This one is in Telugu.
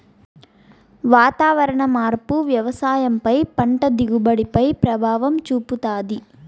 వాతావరణ మార్పు వ్యవసాయం పై పంట దిగుబడి పై ప్రభావం చూపుతాది